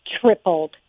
tripled